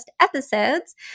episodes